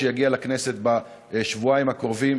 כשיגיע החוק לכנסת בשבועיים הקרובים,